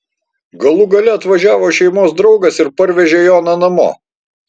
galų gale atvažiavo šeimos draugas ir parvežė joną namo